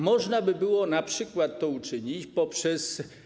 Można by było np. to uczynić poprzez.